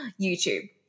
YouTube